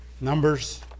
Numbers